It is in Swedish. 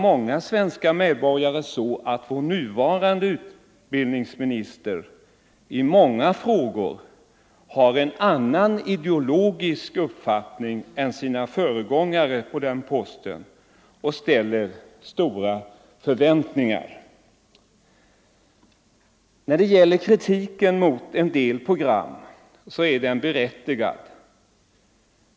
Många svenska medborgare anser att vår nuvarande utbildningsminister i många frågor har en annan ideologisk uppfattning än sina föregångare i ämbetet. Därför ställer man stora förväntningar på honom. Kritiken mot en del program är berättigad.